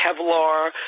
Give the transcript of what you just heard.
Kevlar